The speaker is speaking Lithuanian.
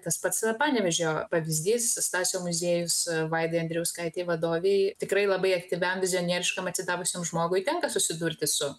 tas pats panevėžio pavyzdys stasio muziejus vaidai andrijauskaitei vadovei tikrai labai aktyviam vizionieriškam atsidavusiam žmogui tenka susidurti su